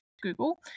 Google